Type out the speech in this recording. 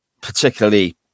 particularly